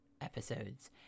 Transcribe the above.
episodes